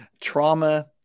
Trauma